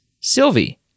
Sylvie